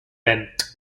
bent